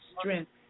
strength